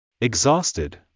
Exhausted